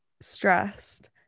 stressed